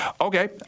Okay